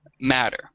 matter